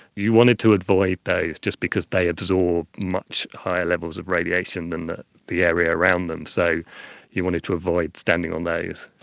you wanted to avoid those, just because they absorb much higher levels of radiation than the area around them, so you wanted to avoid standing on those.